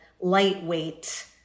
lightweight